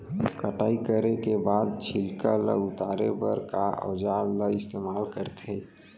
कटाई करे के बाद छिलका ल उतारे बर का औजार ल इस्तेमाल करथे?